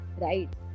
right